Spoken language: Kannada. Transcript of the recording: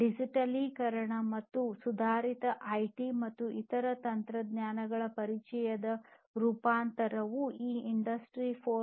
ಡಿಜಿಟಲೀಕರಣ ಮತ್ತು ಸುಧಾರಿತ ಐಟಿ ಮತ್ತು ಇತರ ತಂತ್ರಜ್ಞಾನಗಳ ಪರಿಚಯದ ರೂಪಾಂತರವು ಈ ಇಂಡಸ್ಟ್ರಿ 4